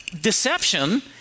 deception